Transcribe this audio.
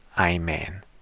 Amen